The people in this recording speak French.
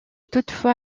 toutefois